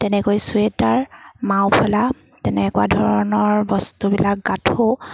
তেনেকৈ চুৱেটাৰ মাওফলা তেনেকুৱা ধৰণৰ বস্তুবিলাক গাঠোঁ